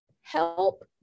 help